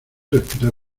respirar